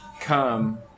Come